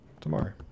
tomorrow